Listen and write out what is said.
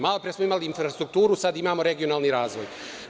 Malopre smo imali infrastrukturu, sada imamo regionalni razvoj.